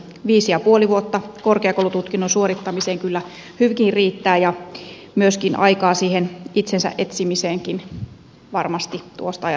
viisi ja puoli vuotta korkeakoulututkinnon suorittamiseen kyllä hyvinkin riittää ja myöskin aikaa siihen itsensä etsimiseen varmasti tuosta ajasta löytyy